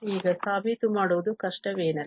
ಈಗ ಸಾಬೀತು ಮಾಡುವುದು ಕಷ್ಟವೇನಲ್ಲ